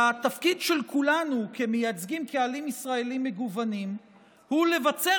והתפקיד של כולנו כמייצגים קהלים ישראליים מגוונים הוא לבצר